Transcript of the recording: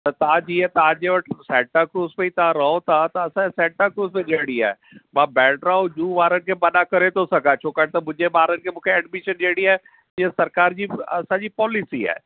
त तव्हां जीअं तव्हां जे सेंटा क्रुस में ही तव्हां रहो था त असां खे सेंटा क्रुस में ॾियणी आहे मां बेंड्रा अऊं जुहू वारनि खे मना करे थो सघां छाकणि त मुहिंजे ॿारनि खे मूंखे एडमिशन ॾियणी आहे इहा सरकार जी असांजी पॉलिसी आहे